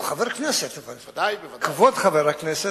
אבל הוא חבר כנסת.